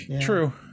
True